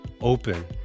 open